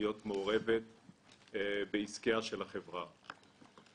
להיות מעורבת בעסקיה של החברה.